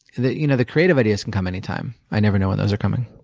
the you know the creative ideas can come any time. i never know when those are coming.